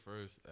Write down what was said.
first